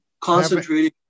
concentrating-